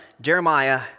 Jeremiah